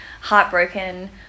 heartbroken